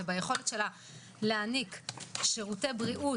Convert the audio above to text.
וליכולת שלה להעניק שירותי בריאות,